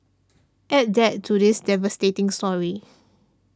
add that to this devastating story